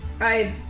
I-